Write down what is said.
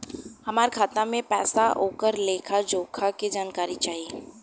हमार खाता में पैसा ओकर लेखा जोखा के जानकारी चाही?